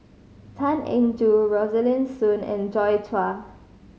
Tan Eng Joo Rosaline Soon and Joi Chua